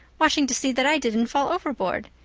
watching to see that i didn't fall overboard.